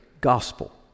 gospel